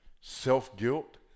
self-guilt